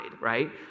right